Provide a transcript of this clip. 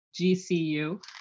GCU